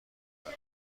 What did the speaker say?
کرده